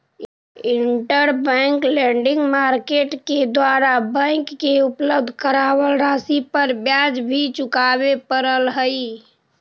interbank lending market के द्वारा bank के उपलब्ध करावल राशि पर ब्याज भी चुकावे पड़ऽ हइ